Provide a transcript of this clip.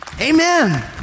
amen